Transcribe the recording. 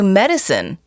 medicine